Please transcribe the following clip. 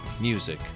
music